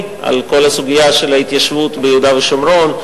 על כל הסוגיה של ההתיישבות ביהודה ושומרון,